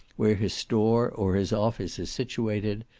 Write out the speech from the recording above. where his store, or his office is situated,